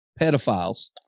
pedophiles